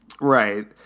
right